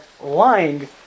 lying